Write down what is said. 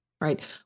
Right